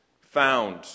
found